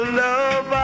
love